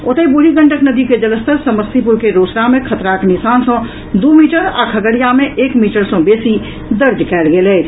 ओतहि बूढ़ी गंडक नदी के जलस्तर समस्तीपुर के रोसड़ा मे खतराक निशान सँ दू मीटर आ खगड़िया मे एक मीटर सँ बेसी दर्ज कयल गेल अछि